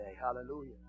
Hallelujah